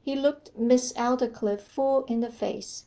he looked miss aldclyffe full in the face.